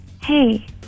Hey